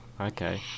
Okay